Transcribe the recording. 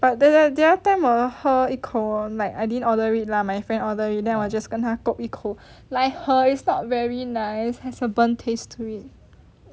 but the the other time 我喝一口 like I didn't order it lah my friend order it then 我跟他 kope 一口 like !huh! is not very nice has a burnt taste to it